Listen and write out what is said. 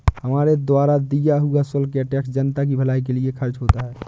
हमारे द्वारा दिया हुआ शुल्क या टैक्स जनता की भलाई के लिए खर्च होता है